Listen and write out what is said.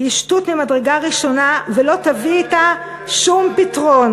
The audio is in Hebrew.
היא שטות ממדרגה ראשונה, ולא תביא אתה שום פתרון.